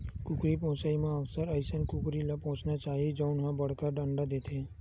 कुकरी पोसइ म अक्सर अइसन कुकरी के पोसना चाही जउन ह बड़का अंडा देथे